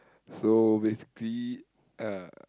so basically uh